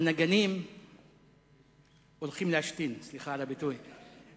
הנגנים הולכים להשתין, סליחה על הביטוי.